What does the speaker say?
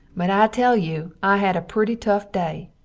but i tell you i had a prety tuf day.